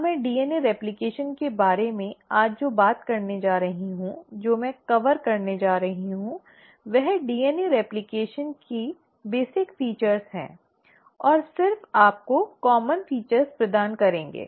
अब मैं DNA replication के बारे में आज जो बात करने जा रही हूं जो मैं कवर करने जा रही हूं वह डीएनए रेप्लकेशन की मूल विशेषताएं है और सिर्फ आपको सामान्य विशेषताएं प्रदान करेंगे